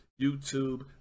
youtube